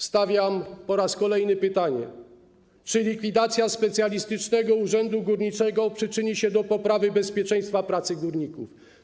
Stawiam po raz kolejny pytanie: Czy likwidacja Specjalistycznego Urzędu Górniczego przyczyni się do poprawy bezpieczeństwa pracy górników?